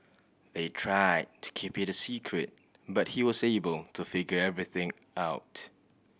they tried to keep it a secret but he was able to figure everything out